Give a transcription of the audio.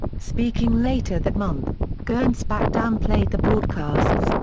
speaking later that month, gernsback downplayed the broadcasts,